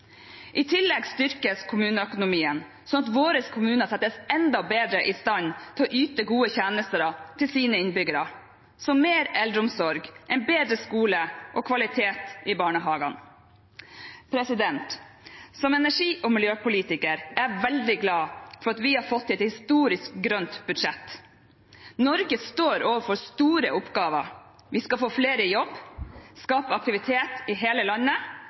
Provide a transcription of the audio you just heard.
I tillegg styrkes kommuneøkonomien, sånn at våre kommuner settes enda bedre i stand til å yte gode tjenester til sine innbyggere – mer eldreomsorg, en bedre skole og kvalitet i barnehagene. Som energi- og miljøpolitiker er jeg veldig glad for at vi har fått et historisk grønt budsjett. Norge står overfor store oppgaver. Vi skal få flere i jobb, skape aktivitet i hele landet,